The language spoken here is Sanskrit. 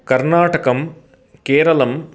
कर्नाटकं केरलं